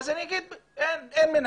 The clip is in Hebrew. אז אני אגיד אין מנהלי,